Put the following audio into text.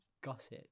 gossip